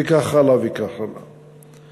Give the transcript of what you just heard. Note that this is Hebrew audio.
וכך הלאה וכך הלאה.